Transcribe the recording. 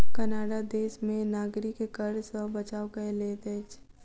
Canada देश में नागरिक कर सॅ बचाव कय लैत अछि